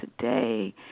today